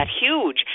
huge